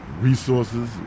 resources